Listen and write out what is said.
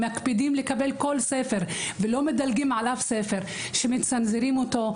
מקפידים לקבל כל ספר ולא מדלגים על אף ספר כשמצנזרים אותו.